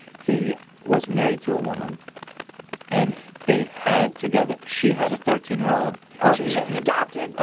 he was married to a woman and they had together she had a thirteen-year-old or he didn't and adopt and ah